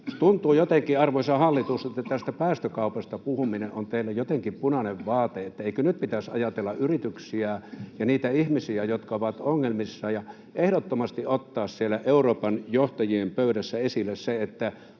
Tuntuu jotenkin, arvoisa hallitus, että tästä päästökaupasta puhuminen on teille jotenkin punainen vaate. Eikö nyt pitäisi ajatella yrityksiä ja niitä ihmisiä, jotka ovat ongelmissa, ja ehdottomasti ottaa siellä Euroopan johtajien pöydässä esille se, että